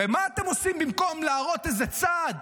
ומה אתם עושים במקום להראות איזה צד,